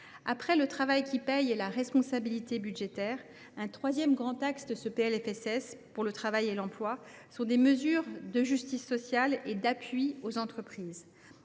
Après le travail qui paie et la responsabilité budgétaire, un troisième grand axe de ce PLFSS pour le travail et l’emploi est formé de mesures de justice sociale et d’appui aux entreprises.